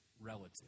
relative